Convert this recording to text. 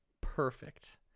perfect